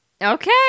Okay